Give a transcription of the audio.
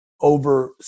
over